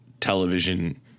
television